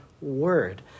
word